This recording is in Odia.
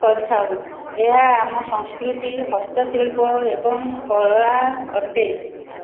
କରିଥାଉ ଏହା ଆମ ସଂସ୍କୃତି ହସ୍ତଶିଳ୍ପ ଏବଂ କଳା ଅଟେ